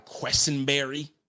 Questenberry